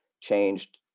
changed